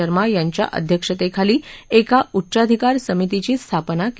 शर्मा यांच्या अध्यक्षतेखाली एका उच्चाधिकार समितीची स्थापना केली जाईल